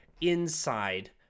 inside